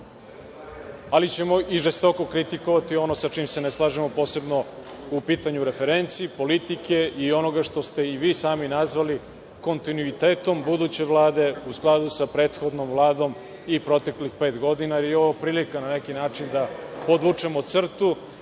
ali ćemo i žestoko kritikovati ono sa čime se ne slažemo, posebno po pitanju referenci, politike i onoga što ste vi i sami nazvali kontinuitetom buduće Vlade u skladu sa prethodnom Vladom i proteklih pet godina, jer je ovo prilika, na neki način, da podvučemo crtu